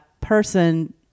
person